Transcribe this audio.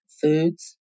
foods